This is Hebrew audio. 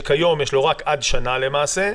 שכיום יש לו רק עד שנה למעשה.